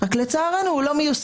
רק לצערנו הוא לא מיושם.